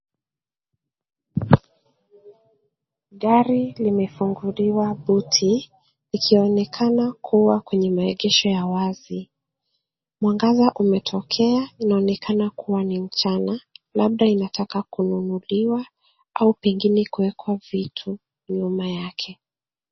Gari limefunguliwa buti likionekana kuwa kwenye maegesho ya wazi. Mwangaza imetokea ikionekana kuwa kuwa mjana labda inataka kununuliwa au pengine kuwekwa vitu nyuma yake.